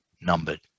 numbered